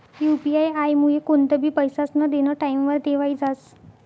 UP आयमुये कोणतंबी पैसास्नं देनं टाईमवर देवाई जास